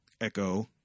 Echo